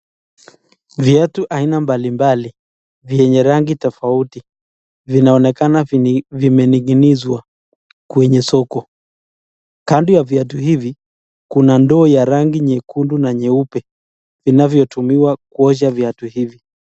Viatu aina mbalimbali yenye rangi tofauti vinaonekana vimening'inizwa kwenye soko .Kando ya viatu hivi kuna ndoo ya rangi nyekundu na nyeupe inayotumika kutosha viatu hivi.